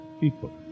people